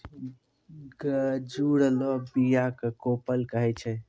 गजुरलो बीया क कोपल कहै छै